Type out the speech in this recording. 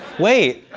wait!